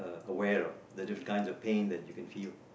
aware of the different kinds of pains that you can feel